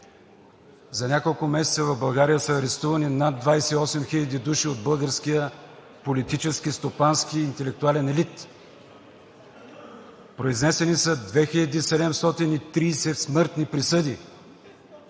За няколко месеца в България са арестувани над 28 хиляди души от българския политически, стопански и интелектуален елит. Произнесени са 2730 смъртни присъди